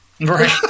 right